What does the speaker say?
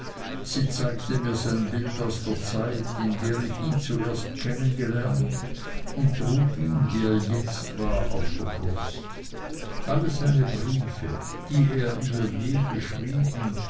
sie zeigte mir sein bild aus der zeit in der ich ihn zuerst kennen gelernt und trug ihn wie er jetzt war auf der brust alle seine briefe die er ihr je geschrieben